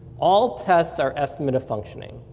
all tests are estimate of functioning.